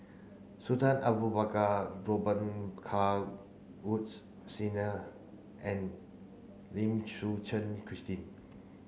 Sultan Abu Bakar Robet Carr Woods Senior and Lim Suchen Christine